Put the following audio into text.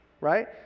right